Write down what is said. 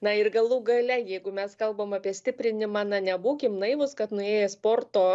na ir galų gale jeigu mes kalbam apie stiprinimą na nebūkim naivūs kad nuėję į sporto